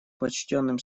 почтенным